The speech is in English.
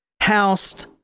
housed